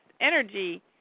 energy